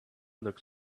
looked